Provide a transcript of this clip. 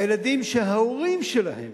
הילדים שההורים שלהם